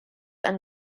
and